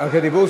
לדיבור?